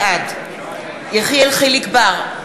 בעד יחיאל חיליק בר,